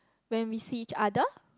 when we see each other